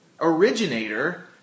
originator